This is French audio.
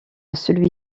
celui